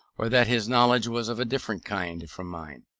or that his knowledge was of a different kind from mine.